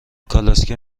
کالسکه